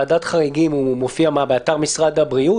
אני רוצה לעבור לוועדת כלכלה,